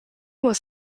was